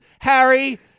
Harry